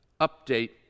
update